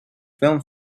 film